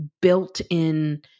built-in